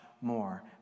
more